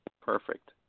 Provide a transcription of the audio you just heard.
Perfect